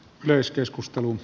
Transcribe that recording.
yleiskeskustelu